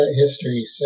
history